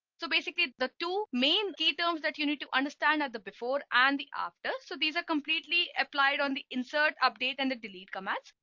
so basically the two main key terms that you need to understand at the before and the after so these are completely applied on the insert update and delete commands.